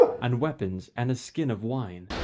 and weapons and a skin of wine,